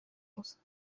aus